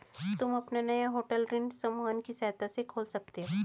तुम अपना नया होटल ऋण समूहन की सहायता से खोल सकते हो